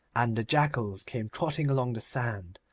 and the jackals came trotting along the sand,